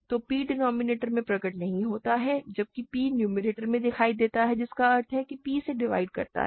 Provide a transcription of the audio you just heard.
तो p denominator में प्रकट नहीं होता है जबकि p नुमेरेटर में दिखाई देता है जिसका अर्थ है कि p इसे डिवाइड करता है